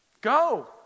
Go